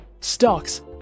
stocks